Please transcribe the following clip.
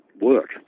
work